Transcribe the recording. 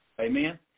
Amen